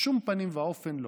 בשום פנים ואופן לא.